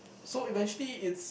so eventually it's